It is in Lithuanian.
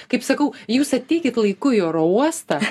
kaip sakau jūs ateikit laiku į oro uostą